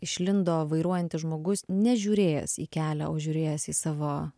išlindo vairuojantis žmogus nežiūrėjęs į kelią o žiūrėjęs į savo